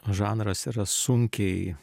žanras yra sunkiai